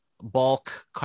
bulk